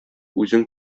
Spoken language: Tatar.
үзең